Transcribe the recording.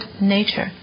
nature